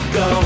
go